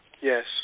Yes